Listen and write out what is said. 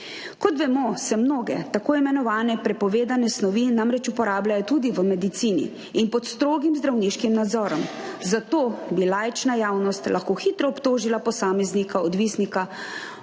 Kot vemo, se mnoge tako imenovane prepovedane snovi namreč uporabljajo tudi v medicini in pod strogim zdravniškim nadzorom, zato bi laična javnost lahko hitro obtožila posameznika odvisnosti